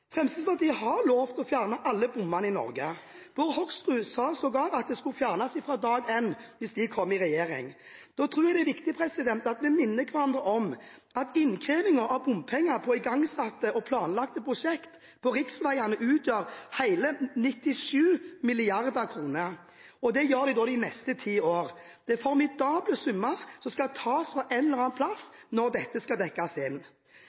Fremskrittspartiet har lovet å fjerne alle bommene i Norge. Bård Hoksrud sa sågar at de skulle fjernes fra dag én, hvis de kom i regjering. Da tror jeg det er viktig at vi minner hverandre om at innkrevingen av bompenger på igangsatte og planlagte prosjekter på riksveiene utgjør hele 97 mrd. kr de neste ti årene. Det er formidable summer, som skal tas fra en eller annen plass når dette skal dekkes inn.